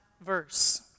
verse